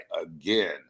again